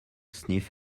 sniff